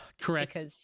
Correct